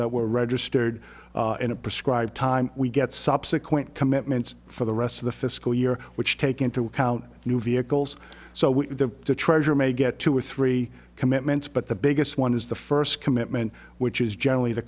that were registered in a prescribed time we get subsequent commitments for the rest of the fiscal year which take into account new vehicles so we treasure may get two or three commitments but the biggest one is the first commitment which is generally the